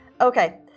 Okay